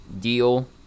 deal